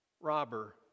robber